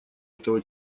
этого